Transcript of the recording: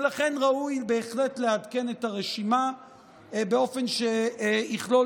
ולכן ראוי בהחלט לעדכן את הרשימה באופן שיכלול